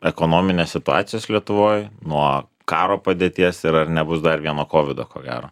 ekonominės situacijos lietuvoj nuo karo padėties ir ar nebus dar vieno covido ko gero